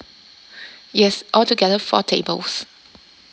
yes altogether four tables